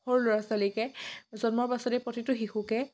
সৰু ল'ৰা ছোৱালীকে জন্মৰ পাছতে প্ৰতিটো শিশুকে